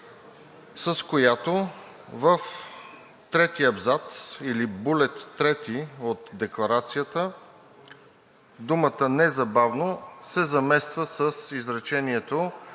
с която в третия абзац, или булет трети от Декларацията, думата „незабавно“ се замества с изречението: